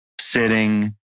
sitting